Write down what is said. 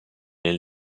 nel